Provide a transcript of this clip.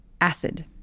acid